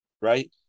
Right